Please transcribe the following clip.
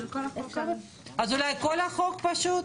של כל ה --- אולי כל החוק פשוט,